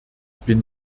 bin